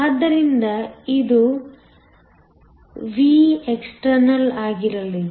ಆದ್ದರಿಂದ ಇದು Vext ಆಗಿರಲಿ